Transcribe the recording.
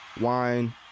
wine